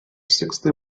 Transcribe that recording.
sixty